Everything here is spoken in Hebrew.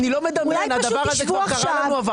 אני לא מדמיין, הדבר הזה כבר קרה לנו.